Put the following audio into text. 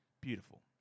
beautiful